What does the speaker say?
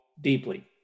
deeply